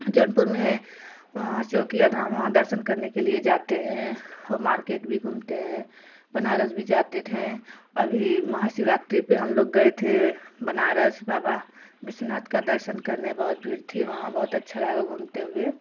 जौनपुर में वहाँ चौकिया धाम वहाँ दर्शन करने के लिए जाते हैं और मार्केट भी घूमते हैं बनारस भी जाते थे अभी महाशिवरात्रि पर हम लोग गए थे बनारस बाबा विश्वनाथ का दर्शन करने बहुत भीड़ थी वहाँ बहुत अच्छा लगा घूमते हुए